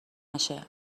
نشه